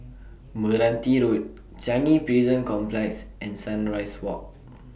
Meranti Road Changi Prison Complex and Sunrise Walk